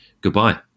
goodbye